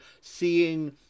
seeing